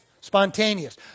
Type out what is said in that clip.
Spontaneous